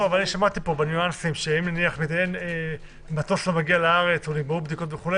שמעתי פה בניואנסים שאם מטוס לא מגיע לארץ או נגמרו בדיקות וכו',